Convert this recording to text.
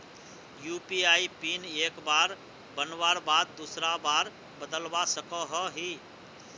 UPI PIN एक बार बनवार बाद दूसरा बार बदलवा सकोहो ही?